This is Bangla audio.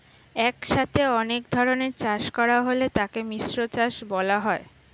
একসাথে অনেক ধরনের চাষ করা হলে তাকে মিশ্র চাষ বলা হয়